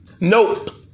Nope